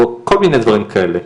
כל מיני דברים כאלה.